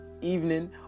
evening